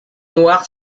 noire